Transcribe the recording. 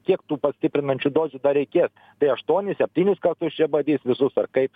kiek tų pastiprinančių dozių dar reikės tai aštuonis septynis kartus čia badys visus ar kaip